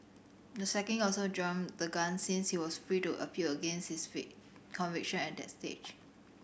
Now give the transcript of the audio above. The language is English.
the sacking also jumped the gun since he was free to appeal against his conviction at that stage